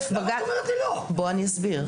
בוא אני אסביר.